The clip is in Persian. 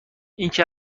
اینکه